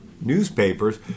newspapers